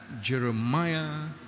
Jeremiah